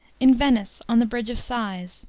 in venice, on the bridge of sighs,